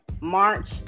March